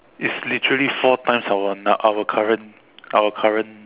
it's literally four times our na~ our current our current